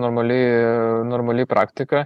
normali normali praktika